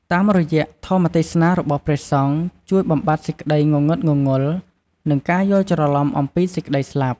តាមរយៈធម្មទេសនារបស់ព្រះសង្ឃជួយបំបាត់សេចក្តីងងឹតងងល់ និងការយល់ច្រឡំអំពីសេចក្តីស្លាប់។